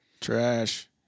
Trash